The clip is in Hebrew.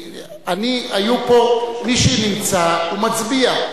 היו פה, מי שנמצא מצביע.